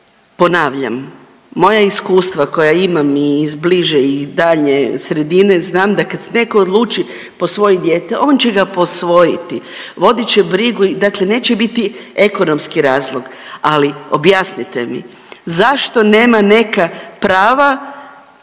ponavljam, moja iskustva koja imam i iz bliže i daljnje sredine, znam da kad se netko odluči posvojiti dijete, on će ga posvojiti, vodit će brigu, dakle neće biti ekonomski razlog, ali objasnite mi. Zašto nema neka prava